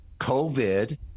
COVID